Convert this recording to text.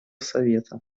совета